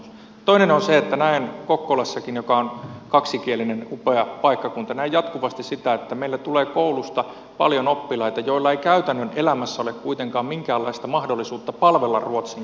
toinen on se että näen kokkolassakin joka on kaksikielinen upea paikkakunta jatkuvasti sitä että meillä tulee koulusta paljon oppilaita joilla ei käytännön elämässä ole kuitenkaan minkäänlaista mahdollisuutta palvella ruotsin kielellä